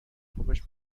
پفش